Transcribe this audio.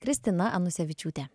kristina anusevičiūte